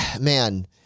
man